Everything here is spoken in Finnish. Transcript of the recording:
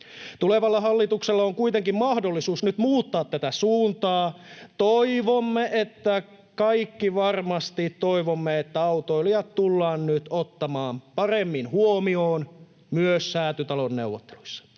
Tulevalla hallituksella on kuitenkin mahdollisuus nyt muuttaa tätä suuntaa. Kaikki varmasti toivomme, että autoilijat tullaan nyt ottamaan paremmin huomioon myös Säätytalon neuvotteluissa.